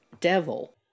devil